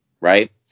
right